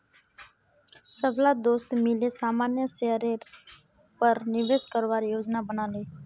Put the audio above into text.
सबला दोस्त मिले सामान्य शेयरेर पर निवेश करवार योजना बना ले